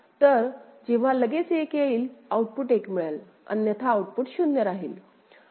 तर जेव्हा लगेच 1 येईल आउटपुट 1 मिळेल अन्यथा आउटपुट 0 राहील